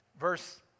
verse